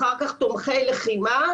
אחר כך תומכי לחימה,